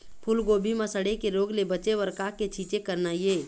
फूलगोभी म सड़े के रोग ले बचे बर का के छींचे करना ये?